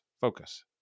Focus